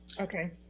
Okay